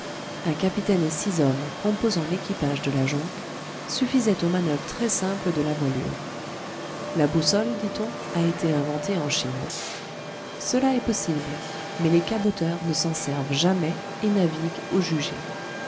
un capitaine et six hommes composant l'équipage de la jonque suffisaient aux manoeuvres très simples de la voilure la boussole dit-on à été inventée en chine cela est possible mais les caboteurs ne s'en servent jamais et naviguent au juger